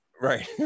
Right